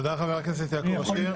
תודה, חבר הכנסת יעקב אשר.